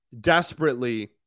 desperately